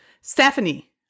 Stephanie